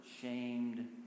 shamed